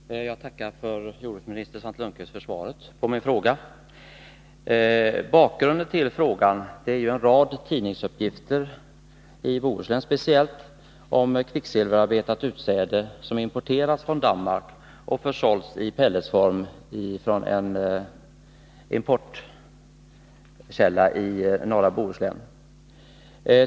Fru talman! Jag tackar jordbruksminister Svante Lundkvist för svaret på min fråga. Bakgrunden till frågan är en rad tidningsuppgifter som har förekommit, speciellt i Bohuslän, om kvicksilverbetat utsäde som importerats från Danmark och som en importör i norra Bohuslän sedan har sålt i pelletform.